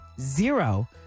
zero